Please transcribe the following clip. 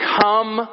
come